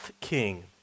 king